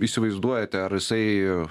įsivaizduojate ar jisai